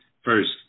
first